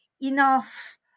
enough